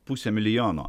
pusę milijono